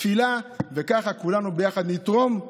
היה הולך ומעודד ואומר: הינה,